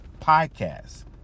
Podcast